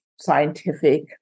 scientific